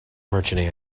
merchant